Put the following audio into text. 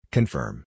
Confirm